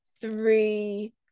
three